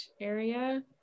area